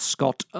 Scott